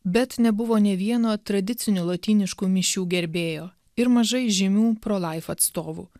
bet nebuvo nė vieno tradicinių lotyniškų mišių gerbėjo ir mažai žymių pro laif atstovų